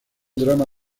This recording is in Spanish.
drama